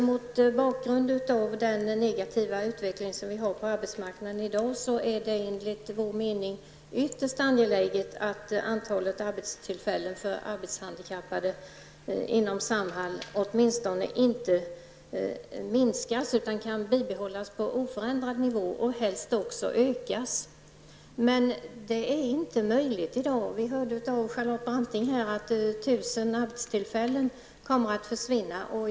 Mot bakgrund av den negativa utveckling som vi har på arbetsmarknaden i dag, är det enligt vår mening ytterst angeläget att antalet arbetstillfällen för arbetshandikappade inom Samhall åtminstone inte minskas, utan att det kan bibehållas på oförändrad nivå och helst också ökas. Men det är inte möjligt i dag. Vi hörde av Charlotte Branting att 1 000 arbetstillfällen kommer att försvinna.